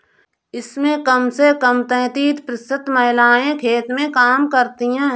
इसमें कम से कम तैंतीस प्रतिशत महिलाएं खेत में काम करती हैं